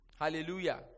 Hallelujah